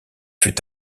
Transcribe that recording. fut